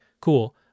Cool